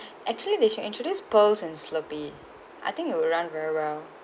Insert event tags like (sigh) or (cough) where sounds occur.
(breath) actually they should introduce pearls in slurpee I think it will run very well